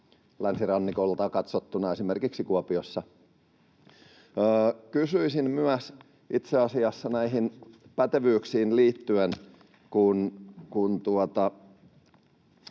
länsirannikolta katsottuna esimerkiksi Kuopiossa. Kysyisin myös itse asiassa näihin pätevyyksiin liittyen, kun